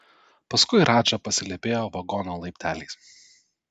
paskui radža pasilypėjo vagono laipteliais